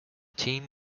team